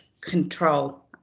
control